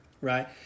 right